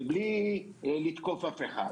ובלי לתקוף אף אחד,